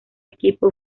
equipo